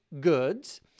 goods